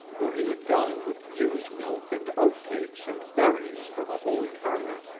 where he had gone with ewe's milk and oat cake and berries for the holy hermit,